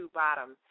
bottom